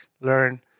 learn